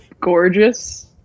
gorgeous